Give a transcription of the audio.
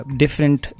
different